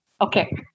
Okay